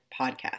podcast